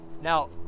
now